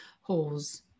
holes